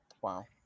Wow